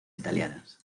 italianas